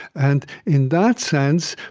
and in that sense,